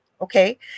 Okay